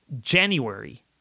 January